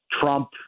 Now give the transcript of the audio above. Trump